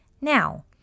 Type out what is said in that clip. Now